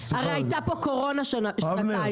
הרי הייתה פה קורונה שנתיים,